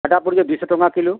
ହେଟା ପଡ଼ିବ ଦୁଇ ଶହ ଟଙ୍କା କିଲୋ